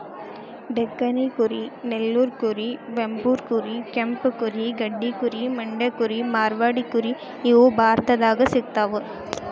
ಡೆಕ್ಕನಿ ಕುರಿ ನೆಲ್ಲೂರು ಕುರಿ ವೆಂಬೂರ್ ಕುರಿ ಕೆಂಪು ಕುರಿ ಗಡ್ಡಿ ಕುರಿ ಮಂಡ್ಯ ಕುರಿ ಮಾರ್ವಾಡಿ ಕುರಿ ಇವು ಭಾರತದಾಗ ಸಿಗ್ತಾವ